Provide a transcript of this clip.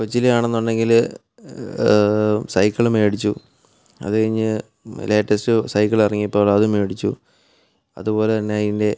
കൊച്ചിലെ ആണെന്നുണ്ടെങ്കിൽ സൈക്കിൾ മേടിച്ചു അത് കഴിഞ്ഞ് ലേറ്റസ്റ്റ് സൈക്കിൾ ഇറങ്ങിയപ്പോൾ അത് മേടിച്ചു അതുപോലെ തന്നെ ഇതിൻ്റെ